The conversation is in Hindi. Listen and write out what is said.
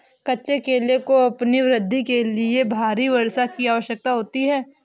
कच्चे केले को अपनी वृद्धि के लिए भारी वर्षा की आवश्यकता होती है